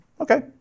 Okay